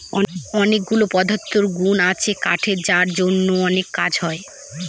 অনেকগুলা পদার্থগুন আছে কাঠের যার জন্য অনেক কাজ হয়